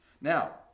now